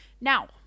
Now